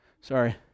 Sorry